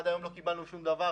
עד היום לא קיבלנו שום דבר,